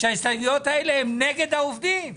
שההסתייגויות האלה הן נגד העובדים.